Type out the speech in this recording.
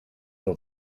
tot